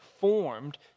formed